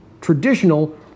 traditional